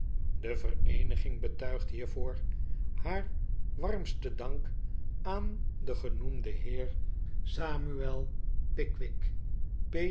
de vereeniging betuigt hiervoor haar warmsten dank aan den genoeniden heer samuel pickwick